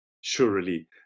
surely